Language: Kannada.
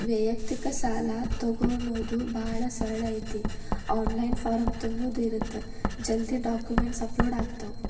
ವ್ಯಯಕ್ತಿಕ ಸಾಲಾ ತೊಗೋಣೊದ ಭಾಳ ಸರಳ ಐತಿ ಆನ್ಲೈನ್ ಫಾರಂ ತುಂಬುದ ಇರತ್ತ ಜಲ್ದಿ ಡಾಕ್ಯುಮೆಂಟ್ಸ್ ಅಪ್ಲೋಡ್ ಆಗ್ತಾವ